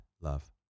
love